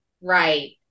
Right